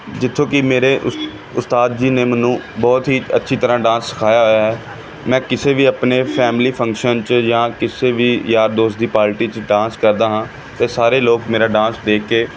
ਜਿੱਥੋਂ ਕਿ ਮੇਰੇ ਉਸ ਉਸਤਾਦ ਜੀ ਨੇ ਮੈਨੂੰ ਬਹੁਤ ਹੀ ਅੱਛੀ ਤਰ੍ਹਾਂ ਡਾਂਸ ਸਿਖਾਇਆ ਹੋਇਆ ਹੈ ਮੈਂ ਕਿਸੇ ਵੀ ਆਪਣੇ ਫੈਮਿਲੀ ਫੰਕਸ਼ਨ 'ਚ ਜਾਂ ਕਿਸੇ ਵੀ ਯਾਰ ਦੋਸਤ ਦੀ ਪਾਰਟੀ 'ਚ ਡਾਂਸ ਕਰਦਾ ਹਾਂ ਅਤੇ ਸਾਰੇ ਲੋਕ ਮੇਰਾ ਡਾਂਸ ਦੇਖ ਕੇ